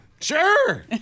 Sure